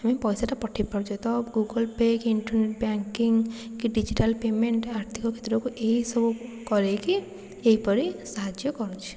ଆମେ ପାଇସାଟା ପଠେଇ ପାରୁଛେ ତ ଗୁଗଲ୍ ପେ' ଇଣ୍ଟରନେଟ୍ ବାଙ୍କିଙ୍ଗ୍ କି ଡିଜିଟାଲ ପେମେଣ୍ଟ୍ ଆର୍ଥିକ କ୍ଷେତ୍ରକୁ ଏଇସବୁ କରେଇକି ଏହିପରି ସାହାଯ୍ୟ କରୁଛି